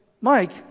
Mike